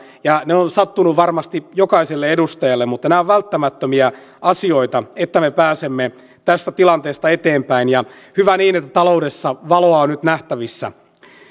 ja ne ovat sattuneet varmasti jokaiselle edustajalle mutta nämä ovat välttämättömiä asioita että me pääsemme tästä tilanteesta eteenpäin hyvä niin että taloudessa valoa on nyt nähtävissä